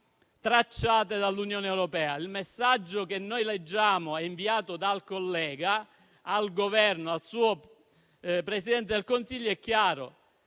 tracciate dall'Unione europea. Il messaggio che noi leggiamo, inviato dal collega al Governo, al suo Presidente del Consiglio, è chiaro: